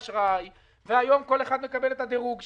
אשראי והיום כל אחד מקבל את הדירוג שלו.